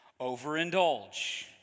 overindulge